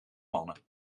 mannen